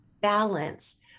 balance